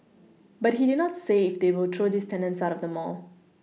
but he did not say if they will throw these tenants out of the mall